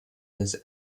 this